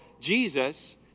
Jesus